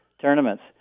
tournaments